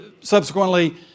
subsequently